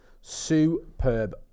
Superb